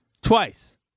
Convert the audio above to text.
Twice